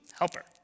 helper